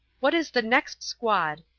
what is the next squad?